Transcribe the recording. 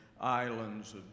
islands